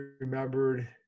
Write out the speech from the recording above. remembered